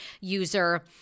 user